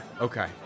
Okay